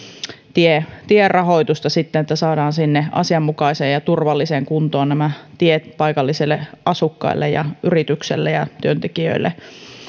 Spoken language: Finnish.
tierahoitusta niin että saadaan sinne asianmukaiseen ja turvalliseen kuntoon nämä tiet paikallisille asukkaille ja yritykselle ja työntekijöille